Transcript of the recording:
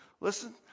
Listen